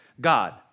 God